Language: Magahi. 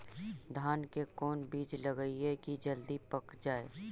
धान के कोन बिज लगईयै कि जल्दी पक जाए?